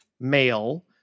male